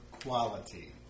Quality